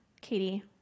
Katie